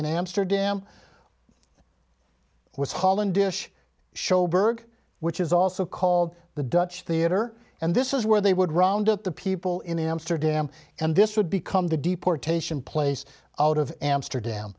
in amsterdam was holland dish sjoberg which is also called the dutch theater and this is where they would round up the people in amsterdam and this would become the deportation place out of amsterdam